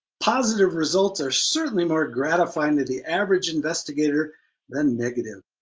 positive results are certainly more gratifying to the average investigator than negative.